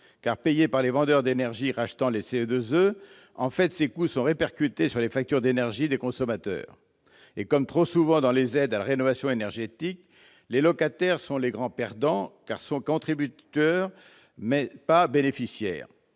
étant payés par les vendeurs d'énergie qui les rachètent, ces coûts sont répercutés sur les factures d'énergie des consommateurs. Comme trop souvent avec les aides à la rénovation énergétique, les locataires sont les grands perdants, car ils sont contributeurs, mais non bénéficiaires.